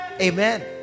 Amen